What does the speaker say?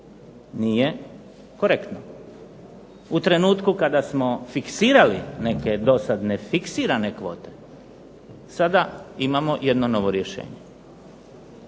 nije korektno. U trenutku kada smo fiksirali neke do sad nefiksirane kvote sada imamo jedno novo rješenje.